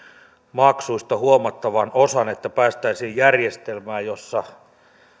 maksuista huomattavan osan päästä järjestelmään jossa